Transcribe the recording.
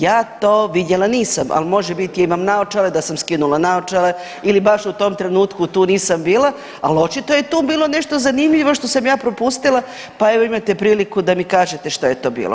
Ja to vidjela nisam, ali može biti ja imam naočale, da sam skinula naočale ili baš u tom trenutku nisam tu bila, ali očito je tu bilo nešto zanimljivo što sam ja propustila pa evo imate priliku da mi kažete što je to bilo.